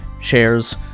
shares